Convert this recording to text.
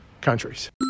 countries